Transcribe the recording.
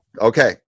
okay